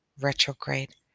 Retrograde